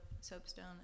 soapstone